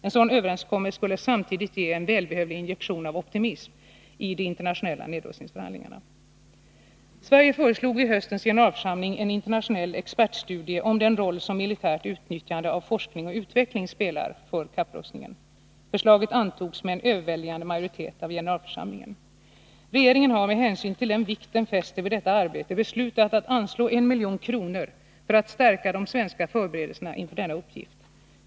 En sådan överenskommelse skulle samtidigt ge en välbehövlig injektion av optimism i de internationella nedrustningsförhandlingarna. Sverige föreslog vid höstens generalförsamling en internationell expertstudie om den roll som militärt utnyttjande av forskning och utveckling spelar för kapprustningen. Förslaget antogs med en överväldigande majoritet av generalförsamlingen. Regeringen har med hänsyn till den vikt den fäster vid detta arbete beslutat att anslå en miljon kronor för att stärka de svenska förberedelserna inför denna uppgift.